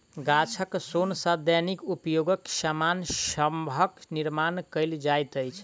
गाछक सोन सॅ दैनिक उपयोगक सामान सभक निर्माण कयल जाइत अछि